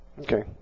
Okay